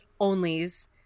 onlys